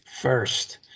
First